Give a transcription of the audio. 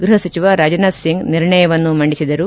ಗೃಹ ಸಚಿವ ರಾಜನಾಥ್ ಸಿಂಗ್ ನಿರ್ಣಯವನ್ನು ಮಂಡಿಸಿದರು